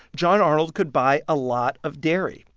john arnold could buy a lot of dairy.